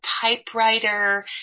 typewriter